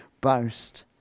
boast